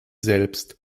selbst